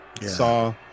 saw